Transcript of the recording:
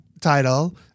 title